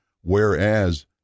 Whereas